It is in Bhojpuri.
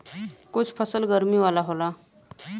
कुछ फसल गरमी वाला होला